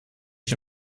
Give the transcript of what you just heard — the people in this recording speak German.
ich